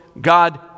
God